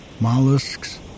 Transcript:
mollusks